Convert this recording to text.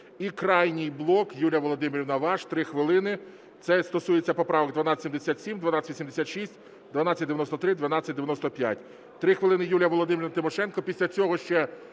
І крайній блок, Юлія Володимирівна, ваш, 3 хвилини. Це стосується поправок: 1277, 1286, 1293 і 1295. Три хвилини – Юлія Володимирівна Тимошенко.